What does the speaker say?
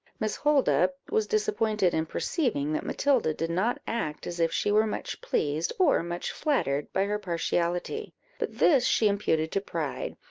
miss holdup was disappointed in perceiving that matilda did not act as if she were much pleased, or much flattered, by her partiality but this she imputed to pride,